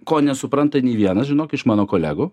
ko nesupranta nei vienas žinok iš mano kolegų